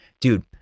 dude